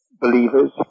believers